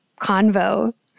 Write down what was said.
convo